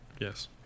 Yes